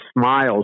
smiles